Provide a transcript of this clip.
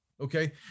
Okay